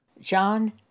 John